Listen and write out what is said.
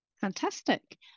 fantastic